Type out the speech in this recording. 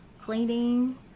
cleaning